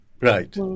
right